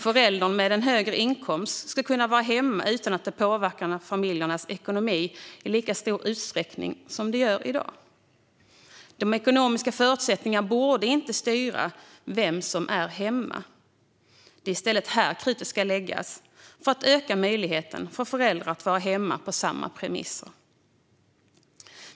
Föräldern med högre inkomst ska kunna vara hemma utan att det påverkar familjernas ekonomi i lika stor utsträckning som det gör i dag. De ekonomiska förutsättningarna borde inte styra vem som är hemma. Det är i stället här krutet ska läggas för att öka möjligheten för föräldrar att vara hemma på samma premisser.